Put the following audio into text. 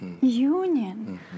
union